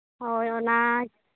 ᱦᱳᱭ ᱚᱱᱟ